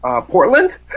Portland